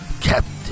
Captain